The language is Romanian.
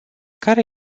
care